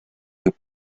peux